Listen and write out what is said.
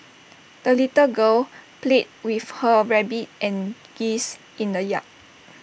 the little girl played with her rabbit and geese in the yard